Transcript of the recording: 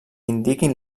indiquin